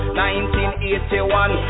1981